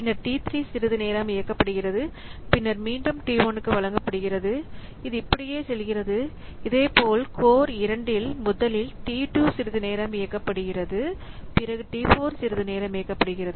பின்னர் T 3 சிறிது நேரம் இயக்கப்படுகிறது பின்னர் மீண்டும் T1 க்கு வழங்கப்படுகிறது இது இப்படியே செல்கிறது இதேபோல் கோர் 2 இல் முதலில் T2 சிறிது நேரம் இயக்கப்படுகிறது பிறகு T4 சிறிது நேரம் இயக்கப்படுகிறது